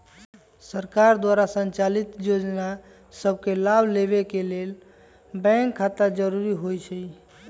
सरकार द्वारा संचालित जोजना सभके लाभ लेबेके के लेल बैंक खता जरूरी होइ छइ